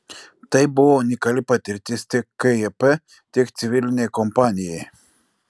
tai buvo unikali patirtis tiek kjp tiek civilinei kompanijai